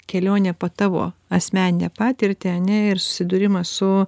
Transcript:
kelionę po tavo asmeninę patirtį ane ir susidūrimą su